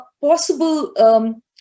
possible